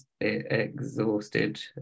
exhausted